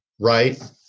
Right